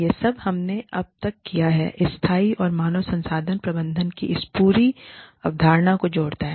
यह सब हमने अब तक किया है स्थायी मानव संसाधन प्रबंधन की इस पूरी अवधारणा को जोड़ता है